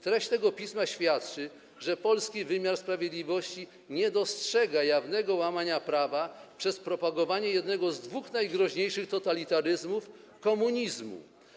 Treść tego pisma świadczy o tym, że polski wymiar sprawiedliwości nie dostrzega jawnego łamania prawa przez propagowanie jednego z dwóch najgroźniejszych totalitaryzmów - komunizmu.